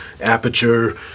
aperture